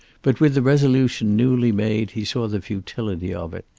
but with the resolution newly made he saw the futility of it.